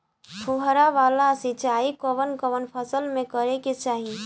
फुहारा वाला सिंचाई कवन कवन फसल में करके चाही?